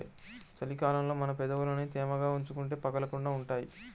చలి కాలంలో మన పెదవులని తేమగా ఉంచుకుంటే పగలకుండా ఉంటాయ్